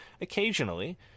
occasionally